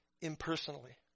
impersonally